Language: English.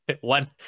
one